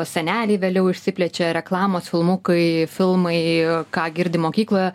seneliai vėliau išsiplečia reklamos filmukai filmai ką girdi mokykloje